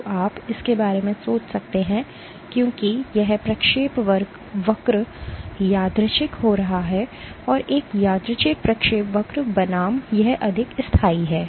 तो आप इसके बारे में सोच सकते हैं क्योंकि यह प्रक्षेपवक्र यादृच्छिक हो रहा है यह एक यादृच्छिक प्रक्षेपवक्र बनाम यह अधिक स्थायी है